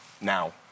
Now